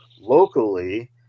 locally